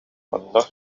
онно